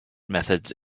methods